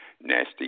nasty